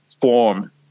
form